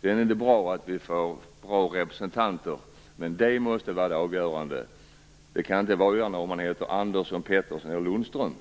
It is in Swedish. Sedan är det bra att vi får bra representanter. Men det kan inte vara avgörande om man heter Andersson, Pettersson eller Lundström,